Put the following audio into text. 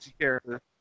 character